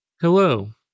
Hello